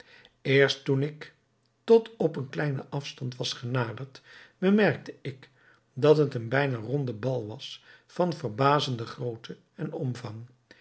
eerst toen ik tot op een kleinen afstand was genaderd bemerkte ik dat het een bijna ronde bal was van verbazende grootte en omvang